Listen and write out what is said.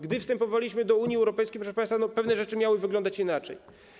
Gdy wstępowaliśmy do Unii Europejskiej, proszę państwa, pewne rzeczy miały wyglądać inaczej.